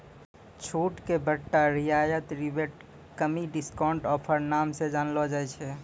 छूट के बट्टा रियायत रिबेट कमी डिस्काउंट ऑफर नाम से जानलो जाय छै